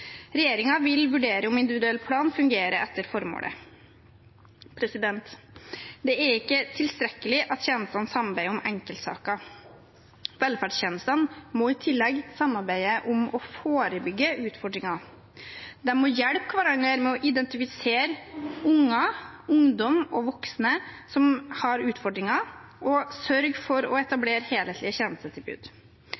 vil vurdere om individuell plan fungerer etter formålet. Det er ikke tilstrekkelig at tjenestene samarbeider om enkeltsaker. Velferdstjenestene må i tillegg samarbeide for å forebygge utfordringer. De må hjelpe hverandre med å identifisere unger, ungdom og voksne med utfordringer og sørge for å